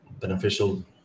beneficial